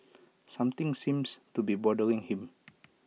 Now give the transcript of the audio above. something seems to be bothering him